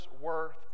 worth